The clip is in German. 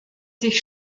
sich